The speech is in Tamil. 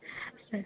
ஆ